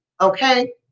okay